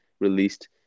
released